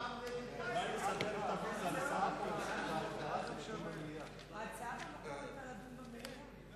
ההצעה לכלול את הנושא בסדר-היום של הכנסת נתקבלה.